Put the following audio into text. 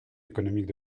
économique